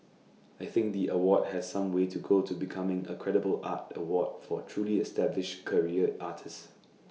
I think the award has some way to go to becoming A credible art award for truly established career artists